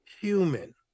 human